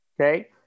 okay